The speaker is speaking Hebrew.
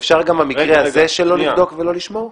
אפשר גם במקרה הזה לא לבדוק ולא לשמור?